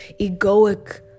egoic